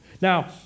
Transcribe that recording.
Now